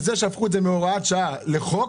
זה שהפכו את זה מהוראת שעה לחוק,